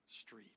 street